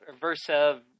versa